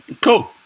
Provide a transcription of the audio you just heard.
Cool